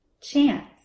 chance